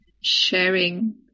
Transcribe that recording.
sharing